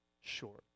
short